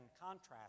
contrast